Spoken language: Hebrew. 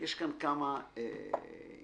יש כאן כמה עניינים.